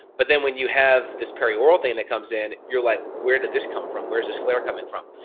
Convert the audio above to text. but then when you have this perioral thing that comes in, you're like, where did this come from? where is this flare coming from.